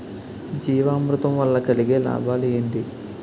జీవామృతం వల్ల కలిగే లాభాలు ఏంటి?